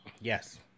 Yes